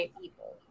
people